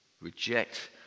reject